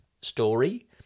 story